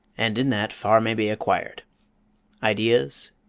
and in that far may be acquired ideas,